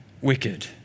wicked